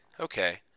okay